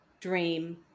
dream